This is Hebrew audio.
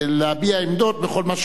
נמנעים.